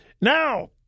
Now